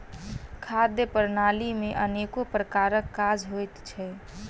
खाद्य प्रणाली मे अनेको प्रकारक काज होइत छै